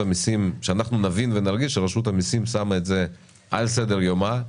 שאנחנו נבין ונרגיש שרשות המיסים שמה את זה על סדר-יומה,